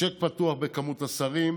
צ'ק פתוח במספר השרים,